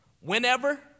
Whenever